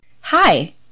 Hi